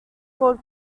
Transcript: called